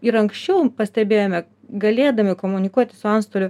ir anksčiau pastebėjome galėdami komunikuoti su antstoliu